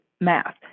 math